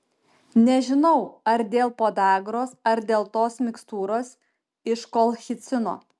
nežinau ar dėl podagros ar dėl tos mikstūros iš kolchicino